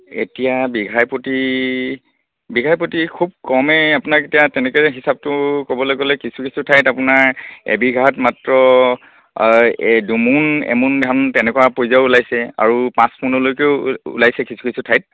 এতিয়া বিঘাই প্ৰতি বিঘাই প্ৰতি খুব কমেই আপোনাক এতিয়া তেনেকৈ হিচাপটো ক'বলৈ গ'লে কিছু কিছু ঠাইত আপোনাৰ এবিঘাত মাত্ৰ দুমোন এমোন ধান তেনেকুৱা পৰ্যায়ো ওলাইছে আৰু পাঁচ মোনলৈকেও ওলাইছে কিছু কিছু ঠাইত